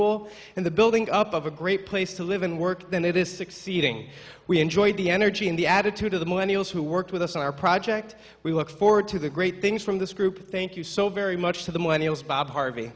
and the building up of a great place to live and work than it is succeeding we enjoyed the energy in the attitude of the manuals who worked with us on our project we look forward to the great things from this group thank you so very much to the millenniums bob harvey